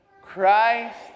Christ